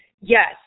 Yes